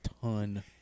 ton